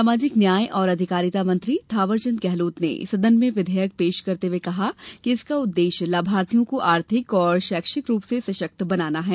सामाजिक न्याय और अधिकारिता मंत्री थावरचंद गहलोत ने सदन में विधेयक पेश करते हए कहा कि इसका उद्देश्य लाभार्थियों को आर्थिक और शैक्षिक रूप से सशक्त बनाना है